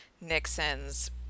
Nixon's